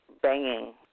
banging